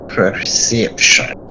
Perception